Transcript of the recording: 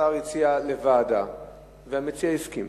השר הציע לוועדה והמציע הסכים.